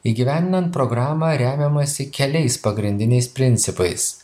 įgyvendinan programą remiamasi keliais pagrindiniais principais